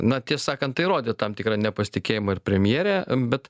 na tiesą sakant tai rodė tam tikrą nepasitikėjimą ir premjerė bet